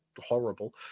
horrible